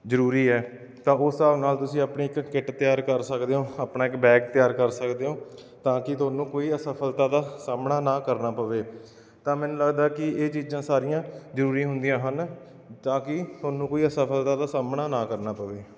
ਜ਼ਰੂਰੀ ਹੈ ਤਾਂ ਉਸ ਹਿਸਾਬ ਨਾਲ ਤੁਸੀਂ ਆਪਣੀ ਇੱਕ ਕਿੱਟ ਤਿਆਰ ਕਰ ਸਕਦੇ ਹੋ ਆਪਣਾ ਇੱਕ ਬੈਗ ਤਿਆਰ ਕਰ ਸਕਦੇ ਹੋ ਤਾਂ ਕਿ ਤੁਹਾਨੂੰ ਕੋਈ ਅਸਫਲਤਾ ਦਾ ਸਾਹਮਣਾ ਨਾ ਕਰਨਾ ਪਵੇ ਤਾਂ ਮੈਨੂੰ ਲੱਗਦਾ ਕਿ ਇਹ ਚੀਜ਼ਾਂ ਸਾਰੀਆਂ ਜ਼ਰੂਰੀ ਹੁੰਦੀਆਂ ਹਨ ਤਾਂ ਕਿ ਤੁਹਾਨੂੰ ਕੋਈ ਅਸਫਲਤਾ ਦਾ ਸਾਹਮਣਾ ਨਾ ਕਰਨਾ ਪਵੇ